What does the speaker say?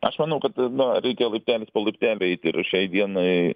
aš manau kad na reikia laiptelis po laiptelio eiti ir šiai dienai